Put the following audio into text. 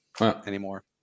anymore